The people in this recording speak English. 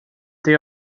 they